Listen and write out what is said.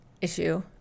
issue